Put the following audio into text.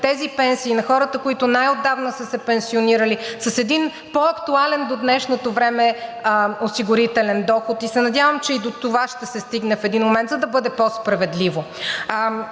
тези пенсии на хората, които най-отдавна са се пенсионирали с един по-актуален до днешното време осигурителен доход, и се надявам, че и до това ще се стигне в един момент, за да бъде по-справедливо.